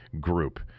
group